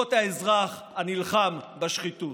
אות האזרח הנלחם בשחיתות.